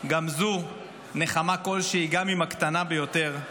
גם זו נחמה כלשהי, גם אם הקטנה ביותר,